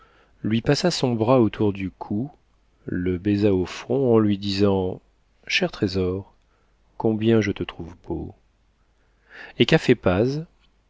lui passa son bras autour du cou le baisa au front en lui disant cher trésor combien je te trouve beau et qu'a fait